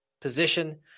position